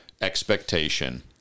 expectation